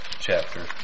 chapter